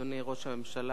אדוני ראש הממשלה,